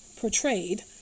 portrayed